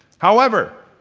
however,